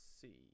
see